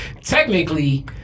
Technically